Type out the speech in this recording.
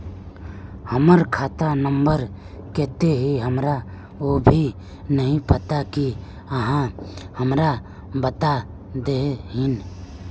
हमर खाता नम्बर केते है हमरा वो भी नहीं पता की आहाँ हमरा बता देतहिन?